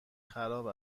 خراب